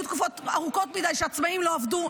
היו תקופות ארוכות מדי שהעצמאים לא עבדו,